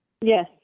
yes